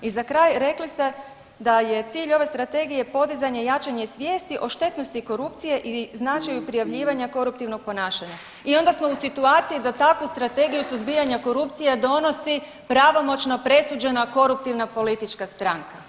I za kraj, rekli ste da je cilj ove Strategije podizanje jačanja svijesti o štetnosti korupcije i značaju prijavljivanja koruptivnog ponašanja i onda smo u situaciji da takvu Strategiju suzbijanja korupcije donosi pravomoćna presuđena koruptivna politička stranka.